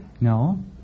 No